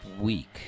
week